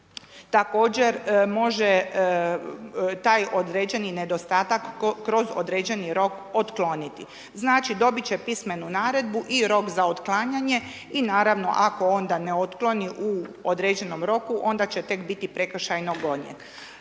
također može taj određeni nedostatak kroz određeni rok otkloniti. Znači, dobiti će pismenu naredbu i rok za otklanjanje i naravno, ako onda ne otkloni u određenom roku, onda će tek biti prekršajno gonjen.